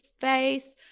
face